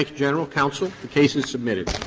like general, counsel. the case is submitted.